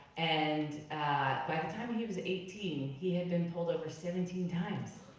and by the time he was eighteen, he had been pulled over seventeen times.